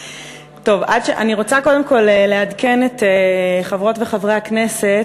אני רוצה, קודם כול, לעדכן את חברות וחברי הכנסת